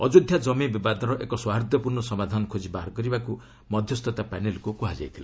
ଅଯୋଧ୍ୟା ଜମି ବିବାଦର ଏକ ସୌହାର୍ଦ୍ଦ୍ୟପୂର୍ଣ୍ଣ ସମାଧାନ ଖୋଜି ବାହାର କରିବାକୁ ମଧ୍ୟସ୍ଥତା ପ୍ୟାନେଲ୍କୁ କୁହାଯାଇଥିଲା